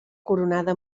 coronada